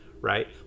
right